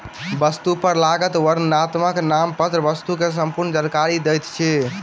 वस्तु पर लागल वर्णनात्मक नामपत्र वस्तु के संपूर्ण जानकारी दैत अछि